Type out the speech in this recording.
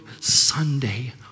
Sunday